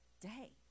day